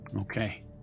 Okay